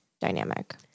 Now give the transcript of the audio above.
dynamic